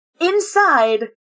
Inside